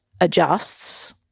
adjusts